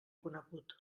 conegut